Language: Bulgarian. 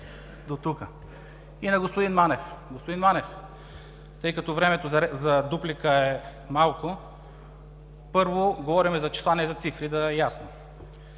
Манев. Господин Манев, тъй като времето за дуплика е малко, първо, говорим за числа, не за цифри – да е ясно.